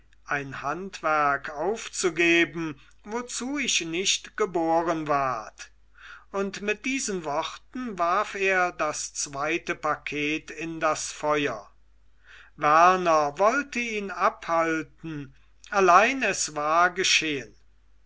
ein handwerk aufzugeben wozu ich nicht geboren ward und mit diesen worten warf er das zweite paket in das feuer werner wollte ihn abhalten allein es war geschehen